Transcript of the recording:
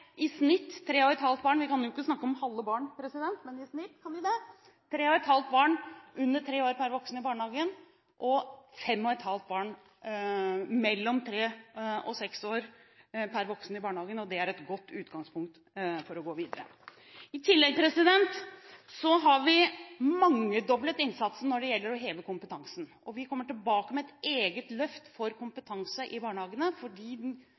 i snitt tre og et halvt barn – vi kan jo ikke snakke om halve barn, men i snitt kan vi det – under tre år per voksen i barnehagen og fem og et halvt barn mellom tre og seks år per voksen i barnehagen, og det er et godt utgangspunkt for å gå videre. I tillegg har vi mangedoblet innsatsen når det gjelder å heve kompetansen. Vi kommer tilbake med et eget løft for kompetanse i barnehagene, for den